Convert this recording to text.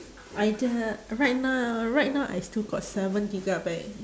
I t~ right now right now I still got seven gigabyte